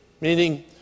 Meaning